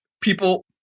people